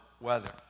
weather